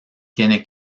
tiene